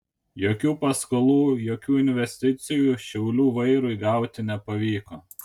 jokių paskolų jokių investicijų šiaulių vairui gauti nepavyko